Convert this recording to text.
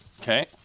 Okay